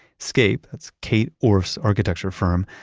scape, that's kate orff's architecture firm,